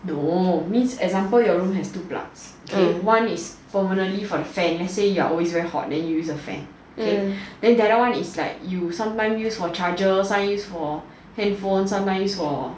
no means example your room has two plugs okay one is permanently for the fan let say you're always very hot then you use the fan okay then the other one is like you sometimes use for your charger sometimes use for handphones sometimes use for